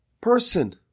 person